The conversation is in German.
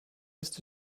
ist